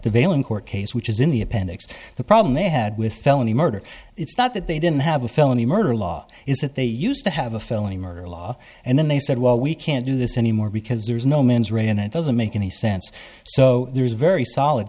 the bail in court case which is in the appendix the problem they had with felony murder it's not that they didn't have a felony murder law is that they used to have a felony murder law and then they said well we can't do this anymore because there's no mens rea and it doesn't make any sense so there's a very solid